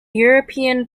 european